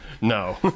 No